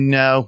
no